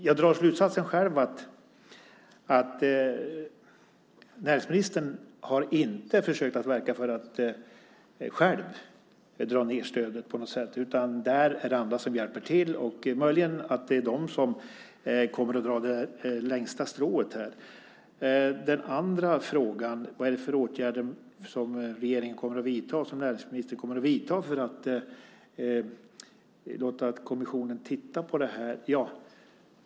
Jag drar själv slutsatsen att näringsministern inte har försökt verka för att själv dra ned stödet på något sätt, utan där är det andra som hjälper till. Möjligen är det de som kommer att dra det längsta strået. Den andra frågan var: Vilka åtgärder kommer regeringen och näringsministern att vidta för att låta kommissionen titta på detta?